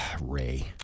Ray